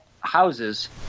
houses